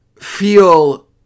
feel